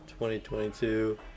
2022